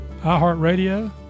iHeartRadio